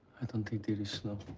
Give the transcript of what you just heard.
i don't think there is snow.